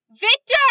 victor